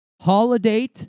Holiday